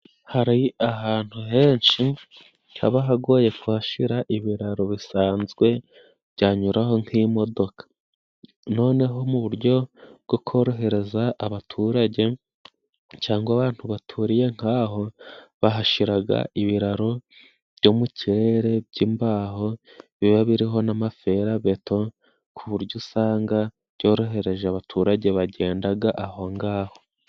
Hari ahantu henshi haba hagoye kuhashira ibiraro bisanzwe byanyuraho nk'imodoka. Noneho mu buryo bwo korohereza abaturage cyangwa abantu baturiye nk'aho, bahashiraga ibiraro byo mu kirere by'imbaho biba biriho n'amaferabeto ku buryo usanga byorohereje abaturage bagendaga aho ng'aho.